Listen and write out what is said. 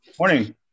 morning